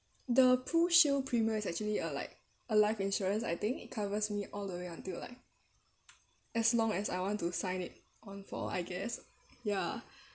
the prushield premier is actually uh like a life insurance I think it covers me all the way until like as long as I want to sign it on for I guess ya